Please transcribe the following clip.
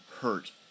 hurt